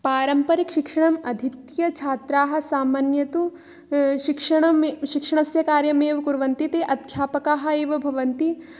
पारम्परिकशिक्षणमधीत्य छात्राः सामान्यं तु शिक्षणं शिक्षणस्य कार्यम् एव कुर्वन्ति ते अध्यापकाः एव भवन्ति